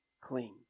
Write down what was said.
clean